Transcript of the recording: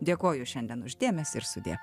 dėkoju šiandien už dėmesį ir sudie